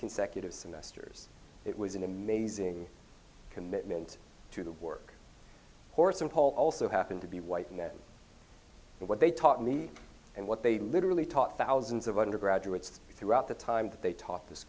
consecutive semesters it was an amazing commitment to the work force and paul also happen to be white men and what they taught me and what they literally taught thousands of undergraduates throughout the time that they talked this